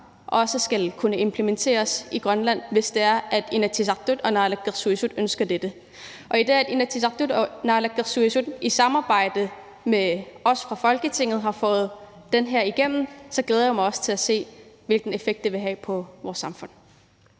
den skal kunne implementeres i Grønland, hvis det er, at Inatsisartut og naalakkersuisut ønsker det, og når Inatsisartut og naalakkersuisut i samarbejde med os i Folketinget har fået den igennem, glæder jeg mig til at se, hvilken effekt det vil have i vores samfund.